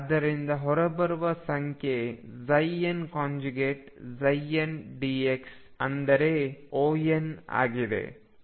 ಅದರಿಂದ ಹೊರಬರುವ ಸಂಖ್ಯೆnndx ಅಂದರೆ On ಆಗಿದೆ